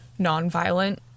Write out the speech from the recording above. nonviolent